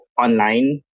online